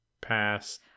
Pass